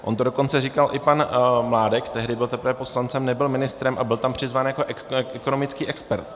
On to dokonce říkal i pan Mládek, tehdy byl teprve poslancem, nebyl ministrem, a byl tam přizván jako ekonomický expert.